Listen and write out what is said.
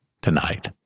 tonight